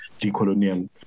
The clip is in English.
decolonial